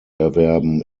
erwerben